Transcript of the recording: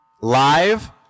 live